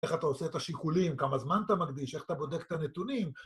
איך אתה עושה את השיקולים, כמה זמן אתה מקדיש, איך אתה בודק את הנתונים.